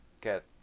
get